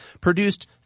produced